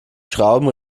schrauben